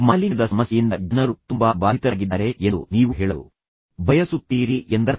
ಮಾಲಿನ್ಯದ ಸಮಸ್ಯೆಯಿಂದ ಜನರು ತುಂಬಾ ಬಾಧಿತರಾಗಿದ್ದಾರೆ ಎಂದು ನೀವು ಹೇಳಲು ಬಯಸುತ್ತೀರಿ ಎಂದರ್ಥ